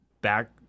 back